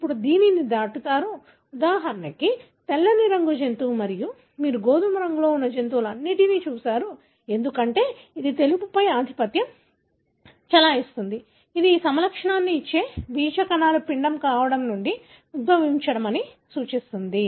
ఇప్పుడు మీరు దానిని దాటుతారు ఉదాహరణకు తెల్లటి రంగు జంతువు మరియు మీరు గోధుమ రంగులో ఉన్న జంతువులన్నింటినీ చూస్తారు ఎందుకంటే ఇది తెలుపుపై ఆధిపత్యం చెలాయిస్తుంది ఇది ఈ సమలక్షణాన్ని ఇచ్చే బీజ కణాలు పిండం కాండం నుండి ఉద్భవించిందని సూచిస్తుంది